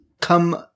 come